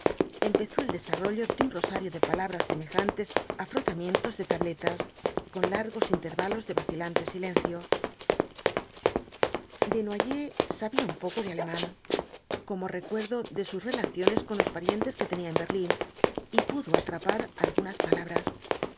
empezó el desarrollo de un rosario de palabras semejantes á frotamientos de tabletas con largos intervalos de vacilante silencio desnoyers sabía uu poc de alemán como recuerdo de sus relaciones con los pal os cuatko jinbtbs dhl apocalipsis ri entes que tenía en berlín y pudo atrapar algunas palabras